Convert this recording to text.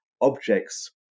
objects